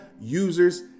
users